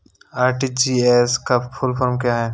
RTGS का full form क्या है?